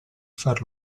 far